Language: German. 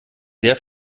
sehr